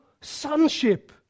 sonship